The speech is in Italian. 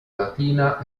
latina